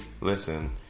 listen